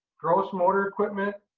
gross motor equipment,